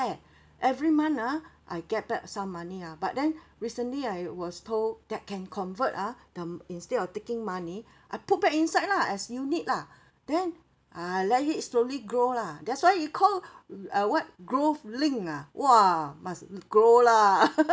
every month ah I get back some money ah but then recently I was told that can convert ah them instead of taking money I put back inside lah as unit lah then uh let it slowly grow lah that's why you call uh what growth link ah !wah! must grow lah